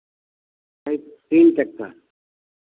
खाली तीन तक का